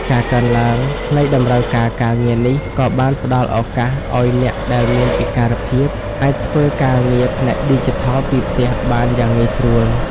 ការកើនឡើងនៃតម្រូវការការងារនេះក៏បានផ្តល់ឱកាសឱ្យអ្នកដែលមានពិការភាព អាចធ្វើការងារផ្នែកឌីជីថលពីផ្ទះបានយ៉ាងងាយស្រួល។